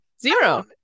zero